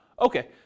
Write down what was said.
okay